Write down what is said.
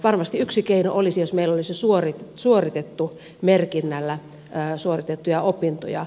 varmasti yksi keino olisi jos meillä olisi suoritettu merkinnällä suoritettuja opintoja